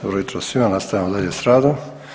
dobro jutro svima, nastavljamo dalje s radom.